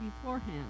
beforehand